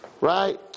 right